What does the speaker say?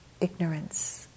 ignorance